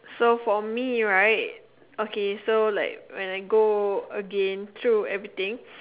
so for me right okay so like when I go again through everything